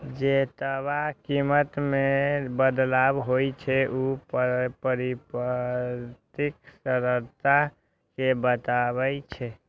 जेतबा कीमत मे बदलाव होइ छै, ऊ परिसंपत्तिक तरलता कें बतबै छै